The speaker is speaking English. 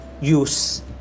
use